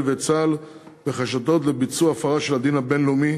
ואת צה"ל בחשדות לביצוע הפרה של הדין הבין-לאומי